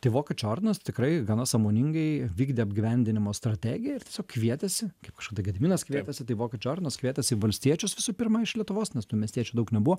tai vokiečių ordinas tikrai gana sąmoningai vykdė apgyvendinimo strategiją ir tiesiog kvietėsi kaip kažkada gediminas kvietėsi tai vokiečių ordinas kvietėsi valstiečius visų pirma iš lietuvos nes tų miestiečių daug nebuvo